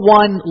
one